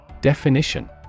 Definition